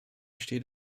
steht